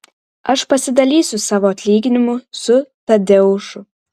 aš pasidalysiu savo atlyginimu su tadeušu